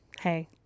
Hey